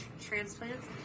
transplants